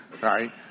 right